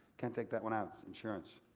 can't take that one out, it's insurance,